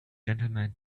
gentlemen